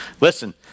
Listen